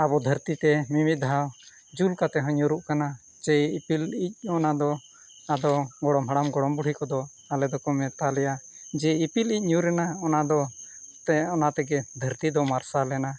ᱟᱵᱚ ᱫᱷᱟᱹᱨᱛᱤ ᱛᱮ ᱢᱤᱢᱤᱫ ᱫᱷᱟᱣ ᱡᱩᱞ ᱠᱟᱛᱮᱫ ᱦᱚᱸ ᱧᱩᱨᱦᱩᱜ ᱠᱟᱱᱟ ᱥᱮ ᱤᱯᱤᱞ ᱤᱡ ᱚᱱᱟᱫᱚ ᱟᱫᱚ ᱜᱚᱲᱚᱢ ᱦᱟᱲᱟᱢ ᱜᱚᱲᱚᱢ ᱵᱩᱲᱦᱤ ᱠᱚᱫᱚ ᱟᱞᱮ ᱫᱚᱠᱚ ᱢᱮᱛᱟ ᱞᱮᱭᱟ ᱡᱮ ᱤᱯᱤᱞ ᱤᱡ ᱧᱩᱨ ᱮᱱᱟ ᱚᱱᱟ ᱫᱚ ᱛᱮ ᱚᱱᱟ ᱛᱮᱜᱮ ᱫᱷᱟᱹᱨᱛᱤ ᱫᱚ ᱢᱟᱨᱥᱟᱞᱮᱱᱟ